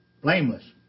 Blameless